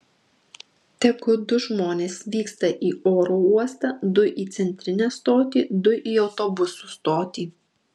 tegu du žmonės vyksta į oro uostą du į centrinę stotį du į autobusų stotį